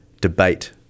debate